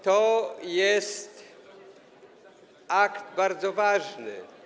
To jest akt bardzo ważny.